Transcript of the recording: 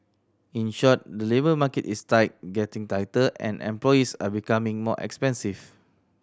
in short the labour market is tight getting tighter and employees are becoming more expensive